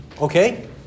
Okay